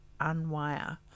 unwire